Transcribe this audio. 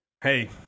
Hey